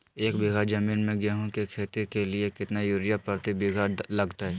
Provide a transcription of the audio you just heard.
एक बिघा जमीन में गेहूं के खेती के लिए कितना यूरिया प्रति बीघा लगतय?